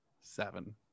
seven